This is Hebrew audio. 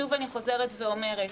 שוב אני חוזרת ואומרת,